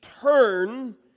turn